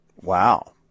Wow